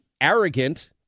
arrogant